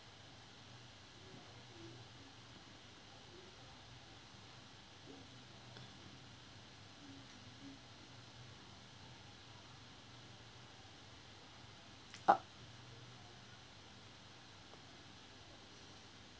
uh